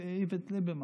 איווט ליברמן.